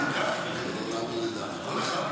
אם הוא נלקח, לעולם לא נדע.